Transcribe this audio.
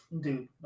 dude